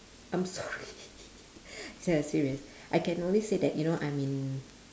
I'm sorry ya serious I can only say that you know I'm in